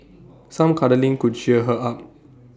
some cuddling could cheer her up